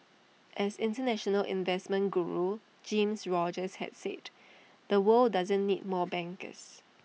as International investment Guru Jim Rogers has said the world doesn't need more bankers